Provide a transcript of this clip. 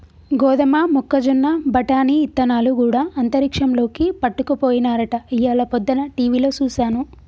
గోదమ మొక్కజొన్న బఠానీ ఇత్తనాలు గూడా అంతరిక్షంలోకి పట్టుకపోయినారట ఇయ్యాల పొద్దన టీవిలో సూసాను